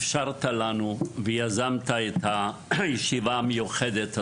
אפשרת לנו, ויזמת את הישיבה המיוחדת הזו.